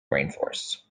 rainforests